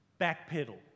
backpedal